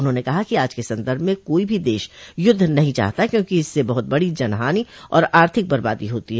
उन्होंने कहा कि आज के संदर्भ में कोई भी देश युद्ध नहीं चाहता क्योंकि इससे बहुत बड़ी जनहानि और आर्थिक बर्बादी होती है